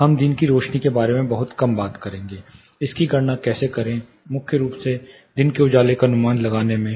हम दिन की रोशनी के बारे में बहुत कम बात करेंगे इसकी गणना कैसे करें मुख्य रूप से दिन के उजाले का अनुमान लगाने के बारे में